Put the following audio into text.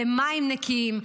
למים נקיים,